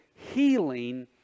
healing